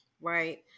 right